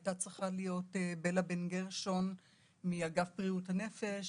הייתה צריכה להיות פה בלה בן גרשון מאגף בריאות הנפש,